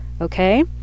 okay